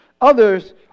Others